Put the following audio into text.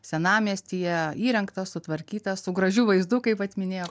senamiestyje įrengta sutvarkyta su gražiu vaizdu kaip vat minėjo